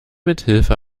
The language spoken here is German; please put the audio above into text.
mithilfe